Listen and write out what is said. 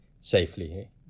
safely